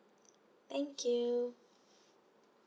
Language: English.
thank you